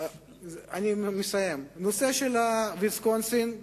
נושא ויסקונסין,